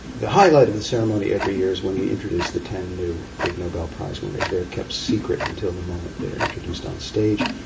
the highlight of the ceremony every year is when we introduce the ten new ig nobel prize winners. they are kept secret until the moment they are introduced on stage.